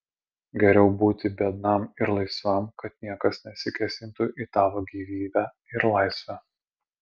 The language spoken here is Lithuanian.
geriau būti biednam ir laisvam kad niekas nesikėsintų į tavo gyvybę ir laisvę